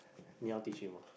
你要 teach him ah